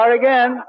again